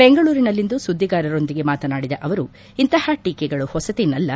ಬೆಂಗಳೂರಿನಲ್ಲಿಂದು ಸುದ್ದಿಗಾರರೊಂದಿಗೆ ಮಾತನಾಡಿದ ಅವರು ಇಂತಹ ಟೀಕೆಗಳು ಹೊಸತೇನಲ್ಲ